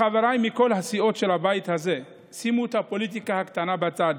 לחבריי מכל הסיעות של הבית הזה: שימו את הפוליטיקה הקטנה בצד,